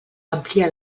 amplia